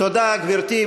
תודה, גברתי.